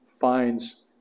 finds